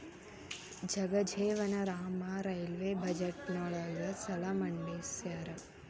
Jagjivan Ram railway ಬಜೆಟ್ನ ಯೊಳ ಸಲ ಮಂಡಿಸ್ಯಾರ